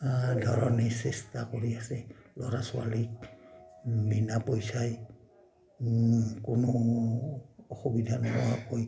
ধৰণে চেষ্টা কৰি আছে ল'ৰা ছোৱালীক বিনা পইচাই কোনো অসুবিধা নোহোৱাকৈ